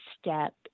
step